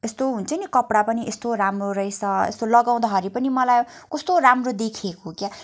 यस्तो हुन्छ नि कपडा पनि यस्तो राम्रो रहेछ यसो लगाउँदाखेरि पनि मलाई कस्तो राम्रो देखिएको क्या